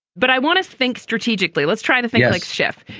but i want to think strategically. let's try to think alex schiff.